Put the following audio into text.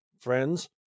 friends